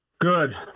Good